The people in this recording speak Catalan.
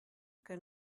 que